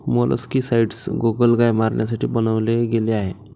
molluscicides गोगलगाय मारण्यासाठी बनवले गेले आहे